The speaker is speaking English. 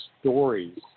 stories